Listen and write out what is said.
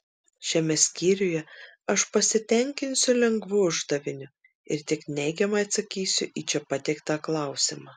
šiame skyriuje aš pasitenkinsiu lengvu uždaviniu ir tik neigiamai atsakysiu į čia pateiktą klausimą